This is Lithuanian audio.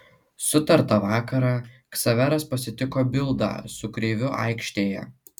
sutartą vakarą ksaveras pasitiko bildą su kreiviu aikštėje